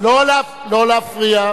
לא להפריע.